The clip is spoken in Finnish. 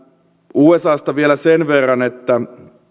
usasta vielä sen verran että